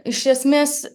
iš esmės